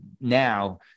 now